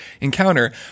encounter